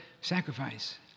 sacrifice